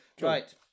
Right